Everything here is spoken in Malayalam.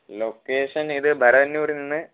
ലൊക്കേഷൻ ഇത് ബറയ്യന്നൂർ നിന്ന്